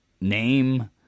name